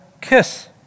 kiss